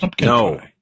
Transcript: No